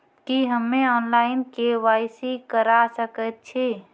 की हम्मे online, KYC करा सकैत छी?